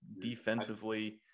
defensively